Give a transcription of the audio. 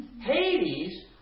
Hades